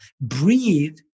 Breathe